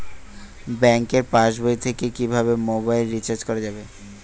Bank পাশবই থেকে কিভাবে মোবাইল রিচার্জ করা যাবে?